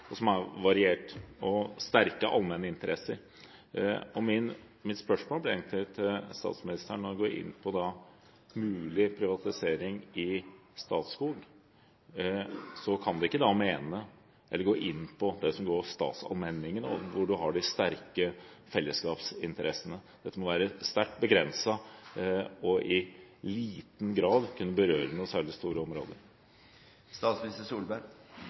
sterke allmenne interesser. Mitt spørsmål til statsministeren blir egentlig: Når en går inn på mulig privatisering i Statskog, kan en vel ikke gå inn på det som angår statsallmenningene, hvor en har de sterke fellesskapsinteressene? Dette må være sterkt begrenset og i liten grad kunne berøre noen særlig store områder.